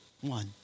one